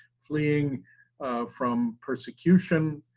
fleeing from persecution,